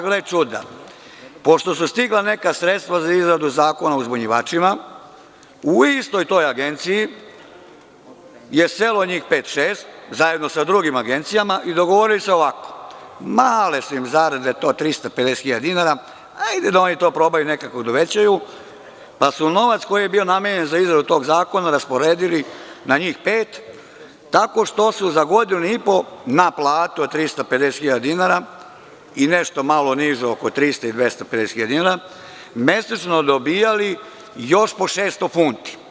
Gle čuda, pošto su stigla neka sredstva za izradu zakona o uzbunjivačima, u istoj toj agenciji je selo njih pet, šest zajedno sa drugim agencijama i dogovorili su se ovako – male su im zarade, to od 350.000 dinara, hajde da probaju to nekako da uvećaju, pa su novac koji je bio namenjen za izradu tog zakona rasporedili na njih pet tako što su za godinu i po na platu od 350.000 dinara i nešto malo nižu od 300, 250.000 dinara mesečno dobijali još po 600 funti.